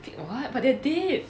feed what but they are dead